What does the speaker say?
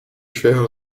schwere